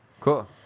Cool